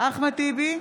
אחמד טיבי,